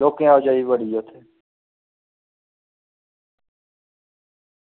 लोकें दी आओ जाई बड़ी ऐ उत्थें